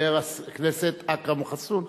חבר הכנסת אכרם חסון,